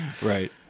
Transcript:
Right